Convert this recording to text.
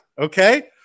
Okay